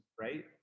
right